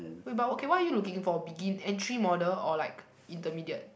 wait but okay what are you looking for begin~ entry model or like intermediate